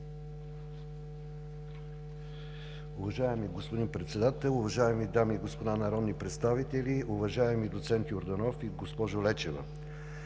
Уважаеми господин Председател, уважаеми дами и господа народни представители, уважаеми доцент Йорданов и госпожо Лечева!